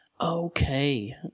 Okay